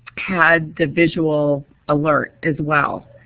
had the visual alert as well.